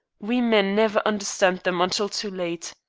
we men never understand them until too late.